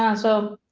um so.